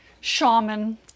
shaman